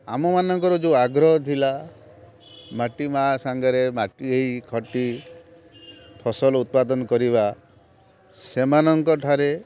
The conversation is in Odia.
ଆମ ମାନଙ୍କର ଯେଉଁ ଆଗ୍ରହ ଥିଲା ମାଟି ମାଆ ସାଙ୍ଗରେ ମାଟି ହେଇ ଘଟି ଫସଲ ଉତ୍ପାଦନ କରିବା ସେମାନଙ୍କ ଠାରେ